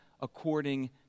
according